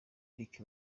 eric